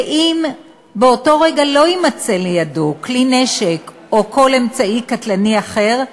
אם באותו רגע לא יימצא לידו כלי נשק או כל אמצעי קטלני אחר,